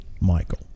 michael